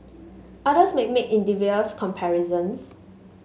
others may make invidious comparisons